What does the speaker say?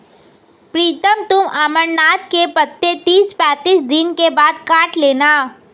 प्रीतम तुम अमरनाथ के पत्ते तीस पैंतीस दिन के बाद काट लेना